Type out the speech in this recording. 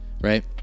Right